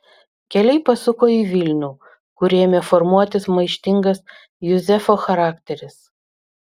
keliai pasuko į vilnių kur ėmė formuotis maištingas juzefo charakteris